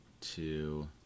two